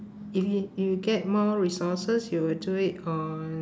if you you get more resources you will do it on